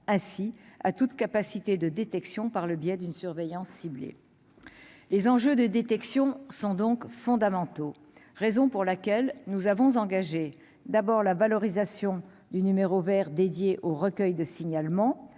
ainsi à toute capacité de détection par le biais d'une surveillance ciblée. Les enjeux de détection sont donc fondamentaux, raison pour laquelle nous avons engagé d'abord la valorisation du numéro Vert dédiée au recueil de signalement,